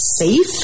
safe